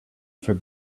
for